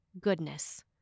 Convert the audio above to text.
goodness